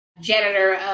janitor